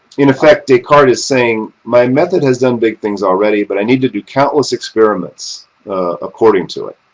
in effect, descartes is saying, my method has done big things already, but i need to do countless experiments according to it.